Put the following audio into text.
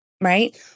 right